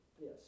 Yes